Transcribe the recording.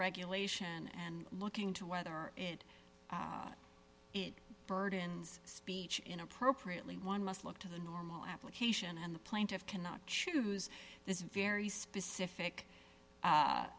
regulation and looking to whether it burdens speech in appropriately one must look to the normal application and the plaintiff cannot choose this very specific